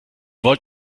wollt